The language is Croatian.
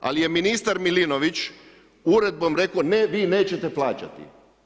Ali je ministar Milinović uredbom rekao ne, vi nećete plaćati.